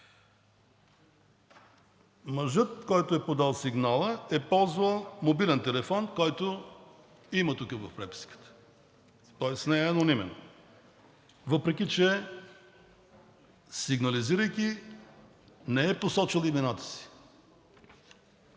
Мъжът, който е подал сигнала, е ползвал мобилен телефон – има го тук в преписката, тоест не е анонимен, въпреки че, сигнализирайки, не е посочил имената си.